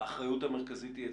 האחריות המרכזית אצלכם.